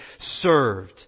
served